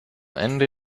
ende